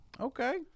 Okay